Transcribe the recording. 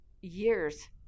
years